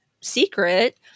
secret